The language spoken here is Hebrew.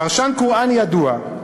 פרשן קוראן ידוע,